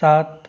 सात